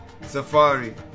safari